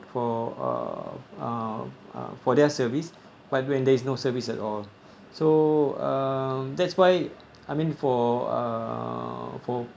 for uh uh uh for their service but when there is no service at all so uh that's why I mean for uh for